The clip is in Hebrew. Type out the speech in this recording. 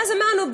ואז אמרנו,